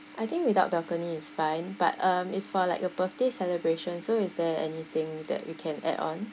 I think without balcony is fine but um it's for like a birthday celebration so is there anything that we can add on